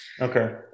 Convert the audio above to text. Okay